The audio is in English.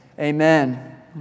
Amen